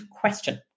question